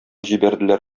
җибәрделәр